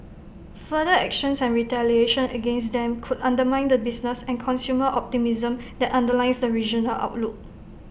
further actions and retaliation against them could undermine the business and consumer optimism that underlies the regional outlook